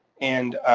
and,